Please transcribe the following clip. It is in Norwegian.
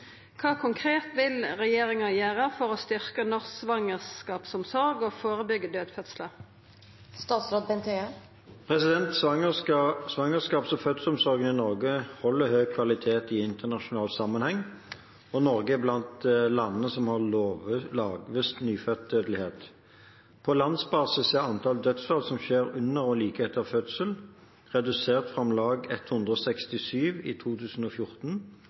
konkret vil regjeringa gjere for å styrke norsk svangerskapsomsorg og førebygge dødfødslar?» Svangerskaps- og fødselsomsorgen i Norge holder høy kvalitet i internasjonal sammenheng, og Norge er blant landene som har lavest nyfødtdødelighet. På landsbasis er antall dødsfall som skjer under og like etter fødsel, redusert fra om lag 167 i 2014